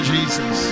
Jesus